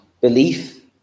belief